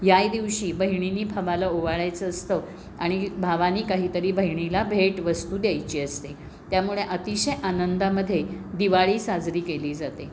याही दिवशी बहिणीने भावाला ओवाळायचं असतं आणि भावाने काहीतरी बहिणीला भेटवस्तू द्यायची असते त्यामुळे अतिशय आनंदामध्ये दिवाळी साजरी केली जाते